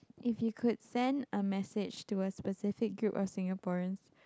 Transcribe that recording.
if you could send a message to a specific group of Singaporeans